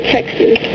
Texas